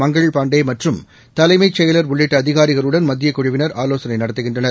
மங்க ள்பாண்டேமற்றும்தலைமைச்செயலாளர்உள்ளிட்டஅதி காரிகளுடன்மத்தியக்குழுவினர்ஆலோசனைநடத்துகின் றனர்